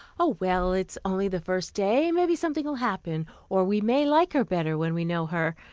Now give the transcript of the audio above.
oh, well, it's only the first day maybe something will happen or we may like her better when we know her,